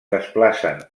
desplacen